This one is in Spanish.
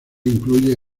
incluye